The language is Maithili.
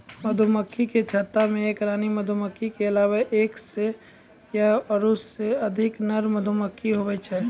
मधुमक्खी के छत्ता मे एक रानी मधुमक्खी के अलावा एक सै या ओहिसे अधिक नर मधुमक्खी हुवै छै